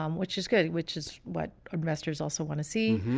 um which is good, which is what our investors also want to see.